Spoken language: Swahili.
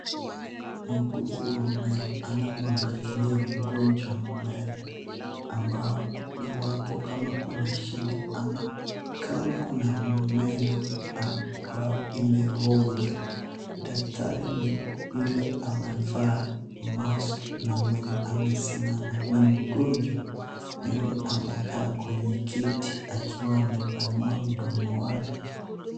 Muguzi wa meno anamwangalia mgonjwa meno, iwapo kama kuna shida ama kama kuna meno ambayo imeooza. Daktari ni yule amevaa mask na mwenye amesimama na mgonjwa ni yule amekaa kwenye kiti akiwa amepanua mdomo wake.